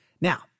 Now